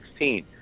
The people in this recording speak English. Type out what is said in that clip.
2016